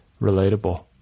relatable